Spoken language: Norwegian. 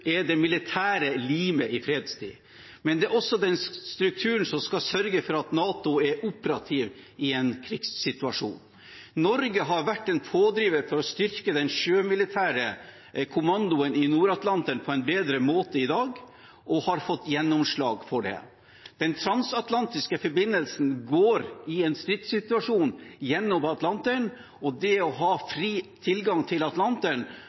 er det militære limet i fredstid, men det er også den strukturen som skal sørge for at NATO er operativ i en krigssituasjon. Norge har vært en pådriver for å styrke den sjømilitære kommandoen i Nord-Atlanteren på en bedre måte i dag og har fått gjennomslag for det. Den transatlantiske forbindelsen går i en stridssituasjon gjennom Atlanteren, og det å ha fri tilgang til Atlanteren